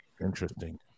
Interesting